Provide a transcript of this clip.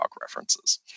references